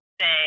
say